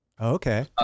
Okay